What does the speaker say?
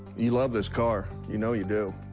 you love this car. you know you do.